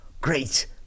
great